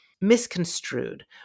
misconstrued